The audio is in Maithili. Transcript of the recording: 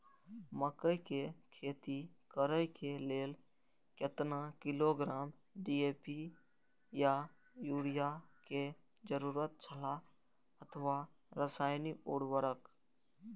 मकैय के खेती करे के लेल केतना किलोग्राम डी.ए.पी या युरिया के जरूरत छला अथवा रसायनिक उर्वरक?